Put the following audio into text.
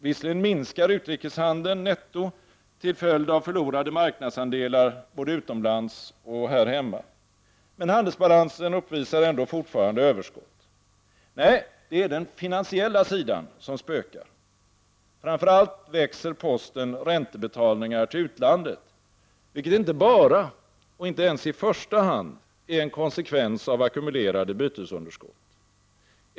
Visserligen minskar utrikeshandelns netto till följd av förlorade marknadsandelar både utomlands och här hemma, men handelsbalansen uppvisar ändå fortfarande överskott. Nej, det är den finansiella sidan som spökar. Framför allt växer posten räntebetalningar till utlandet, vilket inte bara — och inte ens i första hand — är en konsekvens av ackumulerade bytesunderskott.